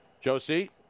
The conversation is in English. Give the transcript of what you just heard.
Josie